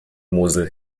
mosel